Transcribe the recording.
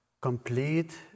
Complete